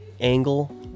angle